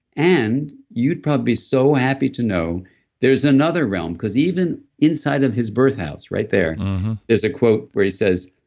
and you'd probably be so happy to know there's another realm, because even inside of his birth house right there is a quote where he says,